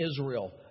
Israel